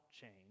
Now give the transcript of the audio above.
change